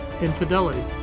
infidelity